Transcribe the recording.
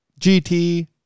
GT